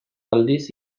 aldiz